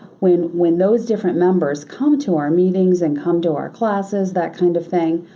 when when those different members come to our meetings and come to our classes, that kind of thing.